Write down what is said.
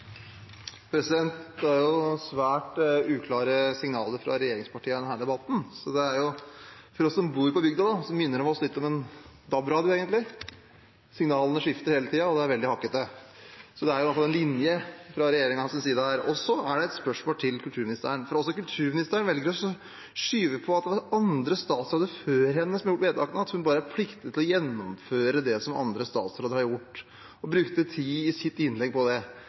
for oss som bor på bygda, minner det litt om en DAB-radio, egentlig. Signalene skifter hele tiden, og det er veldig hakkete, så her går det iallfall en linje fra regjeringens side. Så et spørsmål til kulturministeren, for også kulturministeren velger å skyve foran seg at det er andre statsråder før henne som har gjort vedtakene, at hun bare er pliktig til å gjennomføre det som andre statsråder har gjort, og brukte tid i sitt innlegg på det.